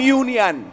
union